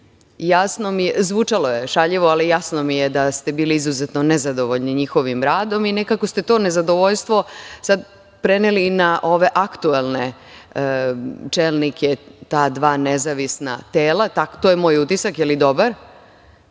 odnosno zvučalo je šaljivo, ali jasno mi je da ste bili izuzetno nezadovoljni njihovim radom i nekako ste to nezadovoljstvo sad preneli i na ove aktuelne čelnike ta dva nezavisna tela. To je bar moj utisak, ne znam